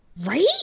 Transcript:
Right